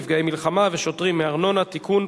נפגעי מלחמה ושוטרים מארנונה) (תיקון,